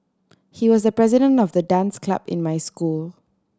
he was the president of the dance club in my school